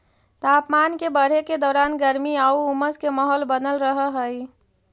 तापमान के बढ़े के दौरान गर्मी आउ उमस के माहौल बनल रहऽ हइ